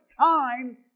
time